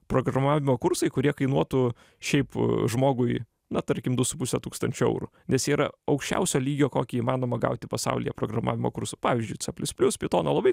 programavimo kursai kurie kainuotų šiaip žmogui na tarkim du su puse tūkstančio eurų nes jie yra aukščiausio lygio kokį įmanoma gauti pasaulyje programavimo kursų pavyzdžiui plius plius pitono labai